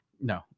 No